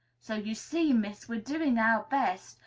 so you see, miss, we're doing our best,